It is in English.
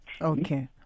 Okay